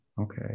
okay